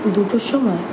দুটোর সময়